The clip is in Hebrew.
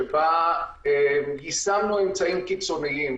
שבה יישמנו אמצעים קיצוניים,